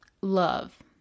love